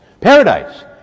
Paradise